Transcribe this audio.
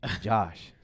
Josh